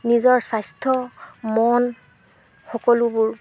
নিজৰ স্বাস্থ্য মন সকলোবোৰ